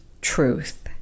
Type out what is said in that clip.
truth